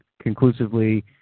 Conclusively